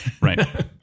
right